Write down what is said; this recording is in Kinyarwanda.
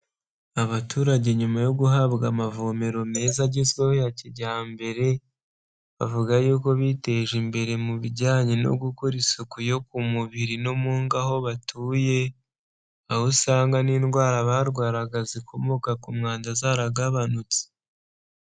Abaturage nyuma yo guhabwa amavomero meza agezweho ya kijyambere, bavuga yuko biteje imbere mu bijyanye no gukora isuku yo ku mubiri no mu ngo aho batuye, aho usanga n'indwara barwaraga zikomoka ku mwanda zaragabanutse.